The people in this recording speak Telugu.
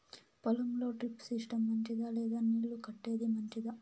పొలం లో డ్రిప్ సిస్టం మంచిదా లేదా నీళ్లు కట్టేది మంచిదా?